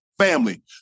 family